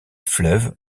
fleuves